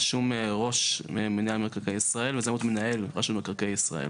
רשום ראש מינהל מקרקעי ישראל וזה צריך להיות מנהל רשות מקרקעי ישראל.